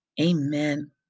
Amen